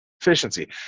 efficiency